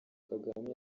kagame